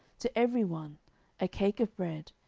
to every one a cake of bread,